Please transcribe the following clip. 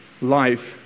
life